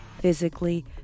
physically